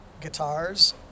guitars